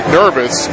nervous